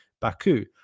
Baku